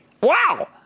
wow